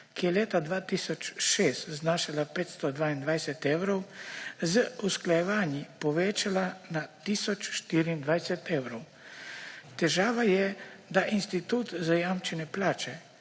ki je leta 2006 znašala 522 evrov, z usklajevanji povečala na tisoč 24 evrov. Težava je, da institut zajamčene plače,